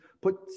put